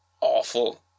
awful